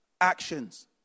actions